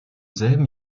selben